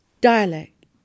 Dialect